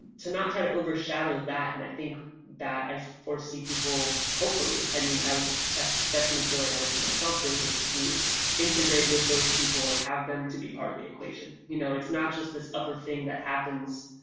to not try to overshadow that and i think that i foresee people hopefully i mean i definitely feel like i would see myself doing it, is to integrate with those people and have them to be part of the equation, you know? it's not just this upper thing that happens,